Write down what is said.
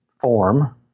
form